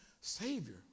Savior